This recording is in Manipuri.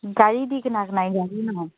ꯒꯥꯔꯤꯗꯤ ꯀꯅꯥꯏ ꯀꯅꯥꯏ ꯒꯥꯔꯤꯅꯣ